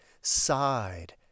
sighed